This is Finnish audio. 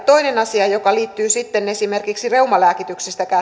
toinen asia joka liittyy sitten esimerkiksi reumalääkityksessä